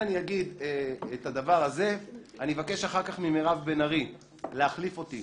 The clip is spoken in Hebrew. אני אבקש אחר כך ממירב בן-ארי להחליף אותי